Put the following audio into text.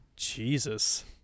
Jesus